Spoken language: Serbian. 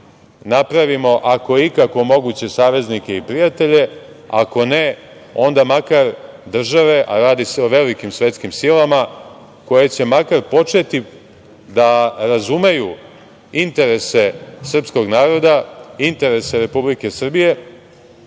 napravimo, ako je ikako moguće, saveznike i prijatelje, a ako ne, onda makar države, a radi se o velikim svetskim silama, koje će makar početi da razumeju interese srpskog naroda, interese Republike Srbije